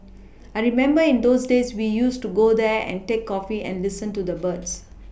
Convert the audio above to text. I remember in those days we used to go there and take coffee and listen to the birds